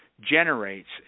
generates